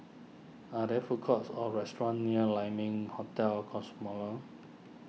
are there food courts or restaurants near Lai Ming Hotel Cosmoland